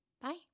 Bye